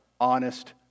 honest